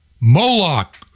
Moloch